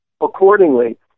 accordingly